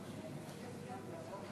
אה, שלום,